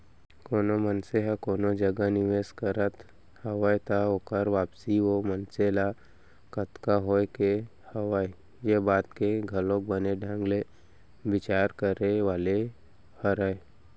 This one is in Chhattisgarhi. कोनो मनसे ह कोनो जगह निवेस करत हवय त ओकर वापसी ओ मनसे ल कतका होय के हवय ये बात के घलौ बने ढंग ले बिचार करे वाले हरय